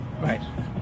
Right